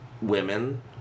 women